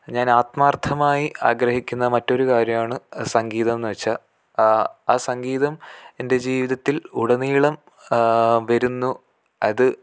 ഞാൻ ആത്മാർഥമായി ആഗ്രഹിക്കുന്ന മറ്റൊരു കാര്യമാണ് സംഗീതമെന്ന് വെച്ചാൽ ആ സംഗീതം എൻ്റെ ജീവിതത്തിൽ ഉടനീളം വരുന്നു അത്